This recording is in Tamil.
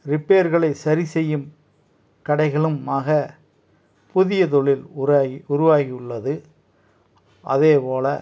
ரிப்பேர்களை சரி செய்யும் கடைகளும்மாக புதிய தொழில் உராயி உருவாகி உள்ளது அதேபோல